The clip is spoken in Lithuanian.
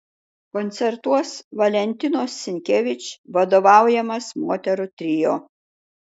koncertuos valentinos sinkevič vadovaujamas moterų trio